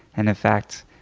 and in fact,